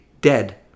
Dead